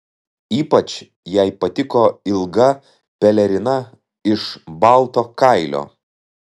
ypač jai patiko ilga pelerina iš balto kailio